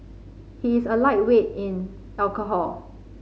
he is a lightweight in alcohol